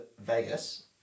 Vegas